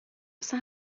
واسه